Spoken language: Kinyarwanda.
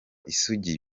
isugi